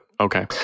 okay